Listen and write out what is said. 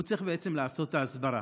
הוא צריך לעשות את ההסברה.